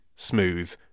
smooth